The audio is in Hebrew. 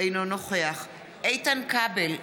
אינו נוכח איתן כבל,